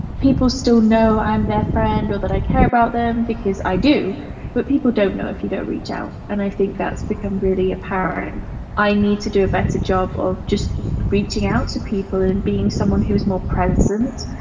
people still know i'm their friends or that i care about them because i do but people don't know if you don't reach out and i think that's become really apparent. i need to do a better job of just reaching out to people and being someone who is more present,